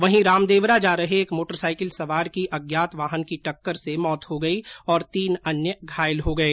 वहीं रामदेवरा जा रहे एक मोटर साइकिल सवार की अज्ञात वाहन की टकर से मौत हो गई और तीन अन्य घायल हो गए